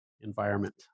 environment